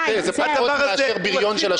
הדבר הזה מטריד אותי.